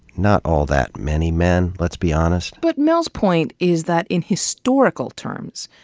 not all that many men, let's be honest. but mel's point is that in historical terms,